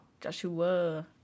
Joshua